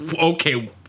Okay